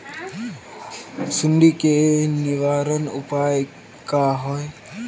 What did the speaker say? सुंडी के निवारण उपाय का होए?